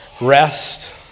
rest